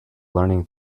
learning